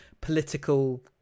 political